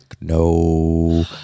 no